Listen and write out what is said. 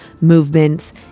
movements